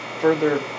further